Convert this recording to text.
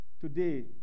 Today